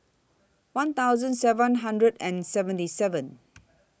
one thousand seven hundred and seventy seven